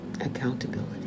Accountability